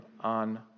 on